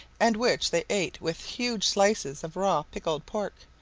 and which they ate with huge slices of raw pickled pork,